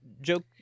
joke